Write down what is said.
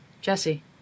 Jesse